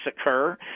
occur